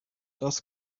das